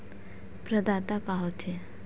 प्रदाता का हो थे?